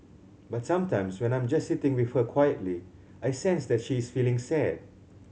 but sometimes when I'm just sitting with her quietly I sense that she is feeling sad